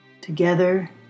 together